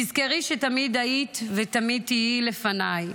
תזכרי שתמיד היית ותמיד תהיי לפניי,